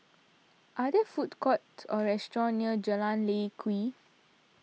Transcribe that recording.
are there food courts or restaurants near Jalan Lye Kwee